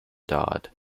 dodd